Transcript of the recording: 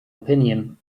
opinion